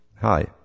Hi